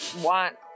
want